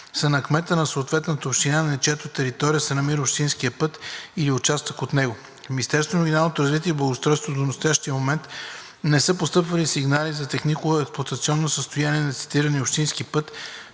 на кмета на съответната община, на чиято територия се намира общинският път или участък от него. В Министерството на регионалното развитие и благоустройството до настоящия момент не са постъпвали сигнали за технико-експлоатационното състояние на цитирания общински път,